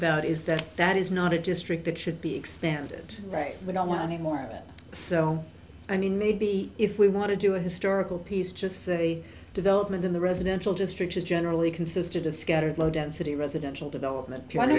about is that that is not a district that should be expanded right we don't want any more so i mean maybe if we want to do a historical piece just say development in the residential district has generally consisted of scattered low density residential development